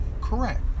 correct